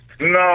No